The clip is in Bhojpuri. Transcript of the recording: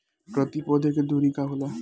प्रति पौधे के दूरी का होला?